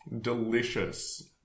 Delicious